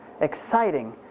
exciting